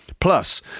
Plus